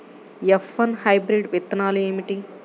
F one hybrid విత్తనాలు ఏమిటి?